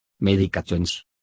Medications